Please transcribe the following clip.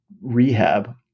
rehab